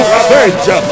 avenge